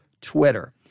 Twitter